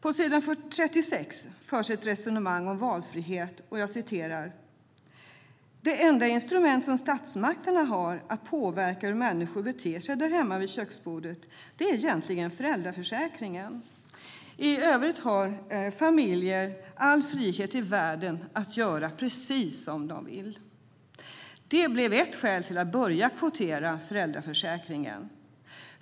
På s. 36 förs ett resonemang om valfrihet, och jag citerar: "Det enda instrument som statsmakterna har att påverka hur människor beter sig därhemma vid köksbordet är egentligen föräldraförsäkringen, i övrigt har familjer all frihet i världen att göra precis som de vill. Det blev ett skäl till att börja kvotera föräldraförsäkringen.